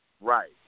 right